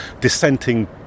dissenting